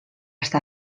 està